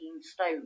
stone